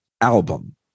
album